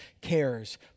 cares